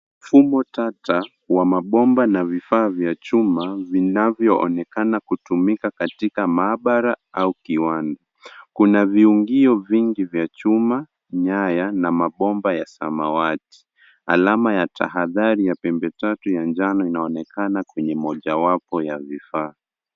Mfumo tata wa mabomba na vifaa vya chuma, vinavyoonekana kutumika katika maabara au kiwanda. Kuna viungio vingi vya chuma, nyaya na mabomba ya samawati. Alama ya tahadhari ya pembe tatu ya njano inaonekana kwenye mojawapo ya vifaa.